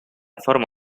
forma